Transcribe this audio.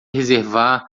reservar